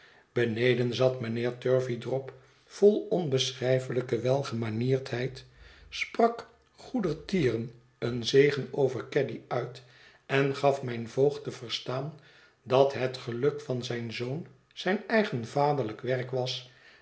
beneden zat mijnheer ïurveydrop vol onbeschrijfelijke welgemanierdheid sprak goedertieren een zegen over caddy uit en gaf mijn voogd te verstaan dat het geluk van zijn zoon zijn eigen vaderlijk werk was